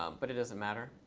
um but it doesn't matter.